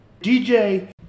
DJ